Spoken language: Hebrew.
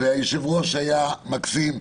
והיושב-ראש היה מקסים.